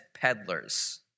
peddlers